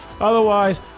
Otherwise